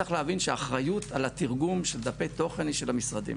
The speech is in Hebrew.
צריך להבין שהאחריות לתרגום של דפי תוכן היא של המשרדים,